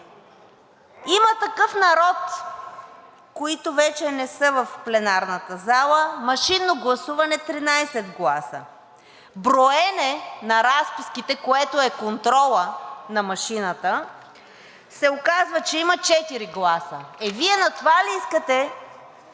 „Има такъв народ“, които вече не са в пленарната зала, машинно гласуване – 13 гласа. Броене на разписките, което е контролът на машината, се оказва, че има четири гласа. Е, Вие на това ли искате